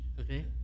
okay